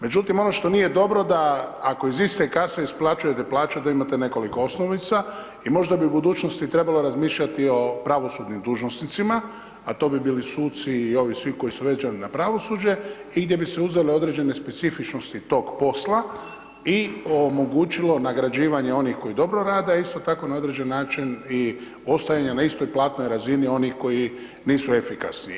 Međutim, ono što nije dobro, da ako iz iste kase isplaćujete plaća da imate nekoliko osnovica i možda bi u budućnosti trebalo razmišljati o pravosudnim dužnosnicima, a to bi bili suci i ovi svi koji su … na pravosuđe i gdje bi se uzele određene specifičnosti tog posla i omogućilo nagrađivanje onih koji dobro rade a isto tako na određen način ostajanje na istoj platnoj razini onih koji nisu efikasni.